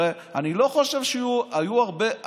הרי אני לא חושב שהיו הרבה,